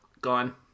gone